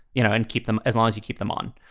you know, and keep them as long as you keep them on.